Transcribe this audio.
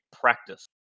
practice